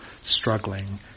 struggling